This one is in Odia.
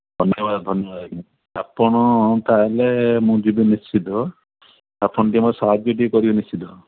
ଧନ୍ୟବାଦ ଧନ୍ୟବାଦ ଆଜ୍ଞା ଆପଣ ତା'ହେଲେ ମୁଁ ଯିବି ନିଶ୍ଚିିତ ଆପଣ ଟିକିଏ ମୋତେ ସାହାଯ୍ୟ ଟିକିଏ କରିବେ ନିଶ୍ଚିତ